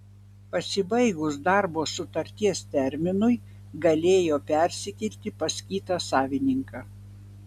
pasibaigus darbo sutarties terminui galėjo persikelti pas kitą savininką